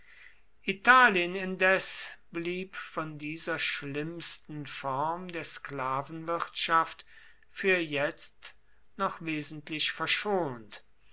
italien indes blieb von dieser schlimmsten form der sklavenwirtschaft für jetzt noch wesentlich verschont